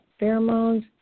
pheromones